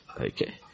Okay